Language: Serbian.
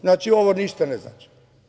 Znači, ovo ništa ne znači.